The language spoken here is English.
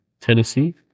Tennessee